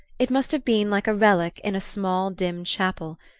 it must have been like a relic in a small dim chapel,